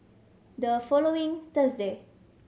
the following Thursday